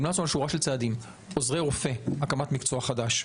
המלצנו על שורה של צעדים: עוזרי רופא הקמת מקצוע חדש,